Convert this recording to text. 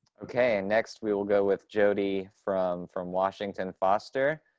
okay, next, we will go with jodey from from washington foster.